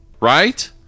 right